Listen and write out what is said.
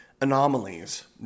anomalies